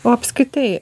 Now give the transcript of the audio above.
o apskritai